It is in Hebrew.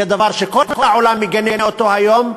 זה דבר שכל העולם מגנה אותו היום,